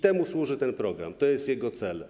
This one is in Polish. Temu służy ten program, to jest jego cel.